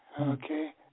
Okay